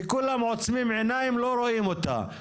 שכולם עוצמים עיניים לא רואים אותה,